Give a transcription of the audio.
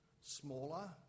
smaller